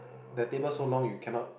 the table so long you cannot